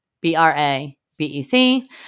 B-R-A-B-E-C